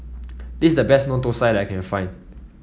this is the best thosai that I can find